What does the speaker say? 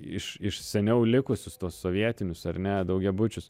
iš iš seniau likusius tuos sovietinius ar ne daugiabučius